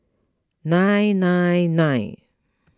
nine nine nine